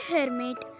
Hermit